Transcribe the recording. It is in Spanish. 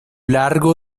largo